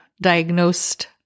diagnosed